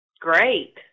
Great